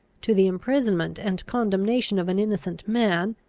to the imprisonment and condemnation of an innocent man,